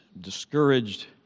discouraged